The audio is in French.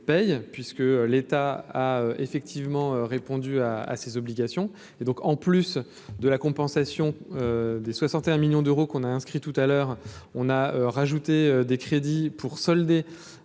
paye puisque l'État a effectivement répondu à à ses obligations et donc en plus de la compensation des 61 millions d'euros qu'on a inscrit tout à l'heure on a rajouté des crédits pour solder